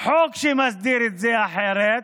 שמסדיר את זה אחרת,